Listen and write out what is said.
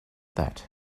that